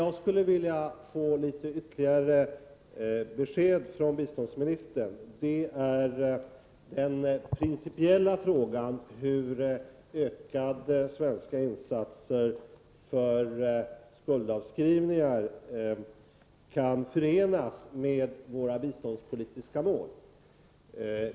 Jag skulle vilja få ett besked från biståndsministern i den principiella frågan om hur ökade svenska insatser för skuldavskrivningar kan förenas med våra biståndspolitiska mål.